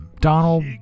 Donald